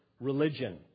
religion